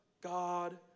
God